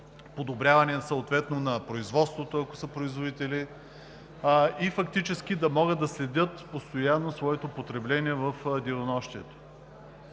подобряване на производството, ако са производители, и фактически да могат да следят постоянно своето потребление в денонощието.